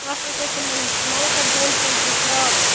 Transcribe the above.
اَتھ اوس اَسہِ یِمَن نَلکَن دۄن ترٛٮ۪ن چھِ اَسہِ راوان